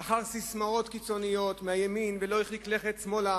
אחר ססמאות קיצוניות מהימין ולא הרחיק לכת שמאלה.